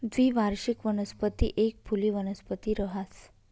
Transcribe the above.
द्विवार्षिक वनस्पती एक फुली वनस्पती रहास